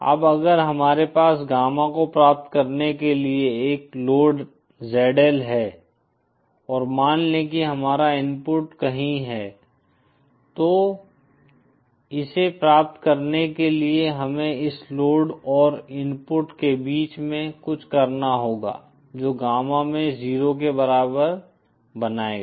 अब अगर हमारे पास गामा को प्राप्त करने के लिए एक लोड ZL है और मान लें कि हमारा इनपुट कहीं है तो इसे प्राप्त करने के लिए हमें इस लोड और इनपुट के बीच में कुछ करना होगा जो गामा में 0 के बराबर बनाएगा